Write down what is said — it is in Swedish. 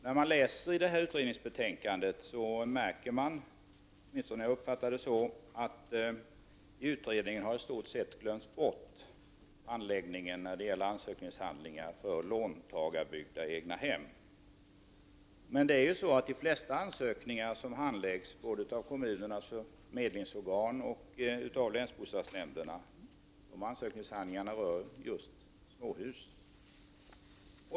När man läser i utredningsbetänkandet märker man, åtminstone uppfattar jag det så, att handläggningen när det gäller ansökningar för låntagarbyggda egnahem i stort sett har glömts bort i utredningen. Men det är ju så att de flesta ansökningar som handläggs, både av kommunernas förmedlingsorgan och av länsbostadsnämnderna, rör just småhus.